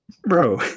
bro